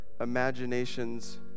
imaginations